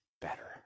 better